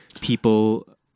people